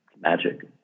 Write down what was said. magic